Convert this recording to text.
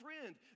friend